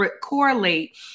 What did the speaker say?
Correlate